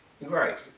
right